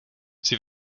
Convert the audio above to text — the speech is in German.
sie